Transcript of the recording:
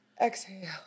Exhale